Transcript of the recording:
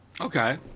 Okay